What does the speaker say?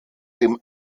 dem